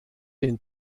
den